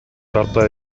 тарта